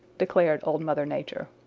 declared old mother nature.